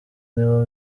nibo